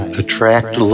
attract